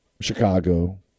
Chicago